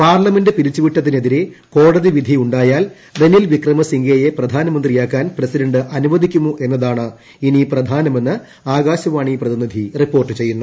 parliament പിരിച്ചുവിട്ടതിനെതിരെ ക്കോടതി വിധി ഉണ്ടായാൽ റനിൽ വിക്രമസിംഗയെ പ്രധാന്ദ്രിയാക്കാൻ പ്രസിഡന്റ് അനുവദിക്കുമോ എന്നത്രിണ്ട് ഇനി പ്രധാനമെന്ന് ആകാശവാണി പ്രതിനിധിരിപ്പോർട്ട് ചെയ്യുന്നു